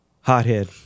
Hothead